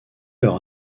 leur